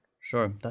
sure